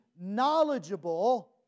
knowledgeable